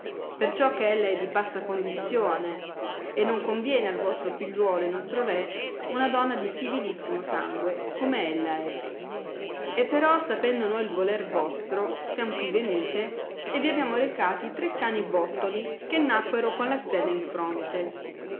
perciò che ella è di bassa condizione e non conviene al vostro figliuolo e nostro re una donna di sì vilissimo sangue come ella è e però sapendo noi il voler vostro siamo qui venute e veniamo recati tre cani bottoli che nacquero con la stella in fronte